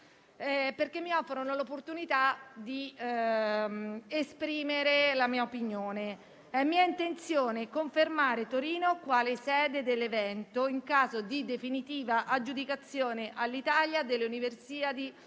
perché mi offrono l'opportunità di esprimere la mia opinione. È mia intenzione confermare Torino quale sede dell'evento in caso di definitiva aggiudicazione all'Italia delle Universiadi 2025